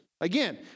Again